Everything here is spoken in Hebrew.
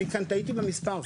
אני כאן טעיתי במספר,